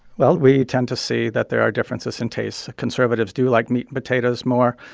well, we tend to see that there are differences in tastes. conservatives do like meat and potatoes more.